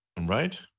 Right